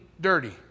dirty